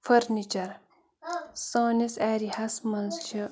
furniture سٲنِس ایریاہس منٛز چھِ